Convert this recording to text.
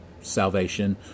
salvation